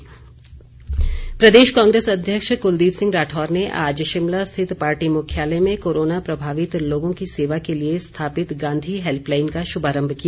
राठौर प्रदेश कांग्रेस अध्यक्ष कुलदीप सिंह राठौर ने आज शिमला स्थित पार्टी मुख्यालय में कोरोना प्रभावित लोगों की सेवा के लिए स्थापित गांधी हेल्पलाइन का शुभारंभ किया